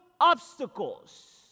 obstacles